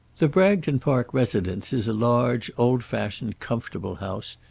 the bragton park residence is a large, old-fashioned, comfortable house,